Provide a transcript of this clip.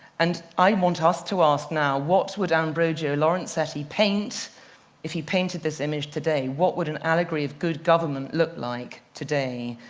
and i want us to ask now, what would ambrogio lorenzetti paint if he painted this image today? what would an allegory of good government look like today?